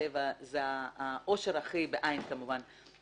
הטבע הוא העושר בעי"ן אני מתכוונת,